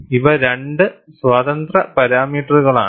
ഇവ രണ്ട് സ്വതന്ത്ര പാരാമീറ്ററുകളാണ്